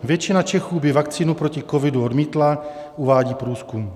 Většina Čechů by vakcínu proti covidu odmítla, uvádí průzkum.